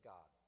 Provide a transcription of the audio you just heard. God